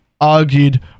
argued